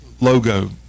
logo